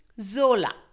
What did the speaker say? Zola